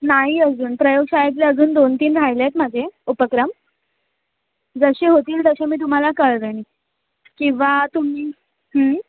नाही अजून प्रयोगशाळेतले अजून दोन तीन राहिले आहेत माझे उपक्रम जसे होतील तसे मी तुम्हाला कळवेन किंवा तुम्ही